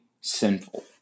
sinful